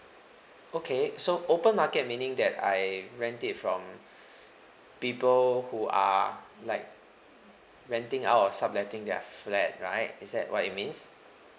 okay so open market meaning that I rent it from people who are like renting out or subletting their flat right is that what it means